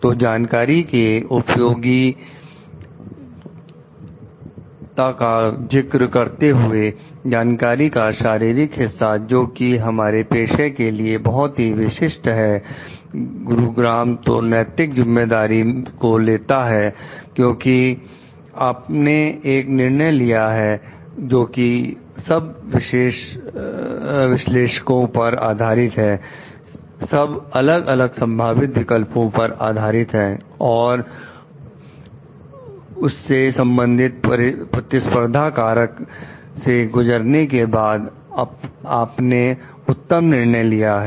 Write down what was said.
तो जानकारी के उपयोगी से का जिक्र करते हुए जानकारी का शारीरिक हिस्सा जो कि हमारे पेशे के लिए बहुत ही विशिष्ट है तो नैतिक जिम्मेदारी को लेते हैं क्योंकि आपने एक निर्णय लिया है जो कि सब विश्लेषकों पर आधारित है सब अलग अलग संभावित विकल्पों पर आधारित है और और उससे संबंधित प्रतिस्पर्धा कारक से गुजरने के बाद आपने उत्तम निर्णय लिया है